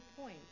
point